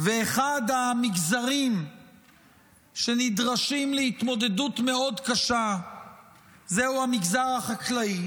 ואחד המגזרים שנדרשים להתמודדות מאוד קשה זהו המגזר החקלאי,